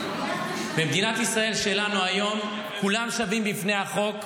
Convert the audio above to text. במדינת ישראל שלנו היום כולם שווים בפני החוק,